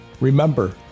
Remember